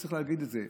וצריך להגיד את זה,